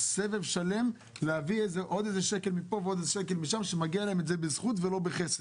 סבב שלם להביא עוד שקל מפה ושקל משם שמגיעים להם בזכות ולא בחסד.